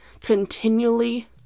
continually